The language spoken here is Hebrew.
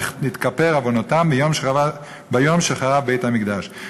נתכפרו עוונותיהם "ביום שחרב בית-המקדש";